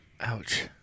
Ouch